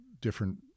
different